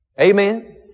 Amen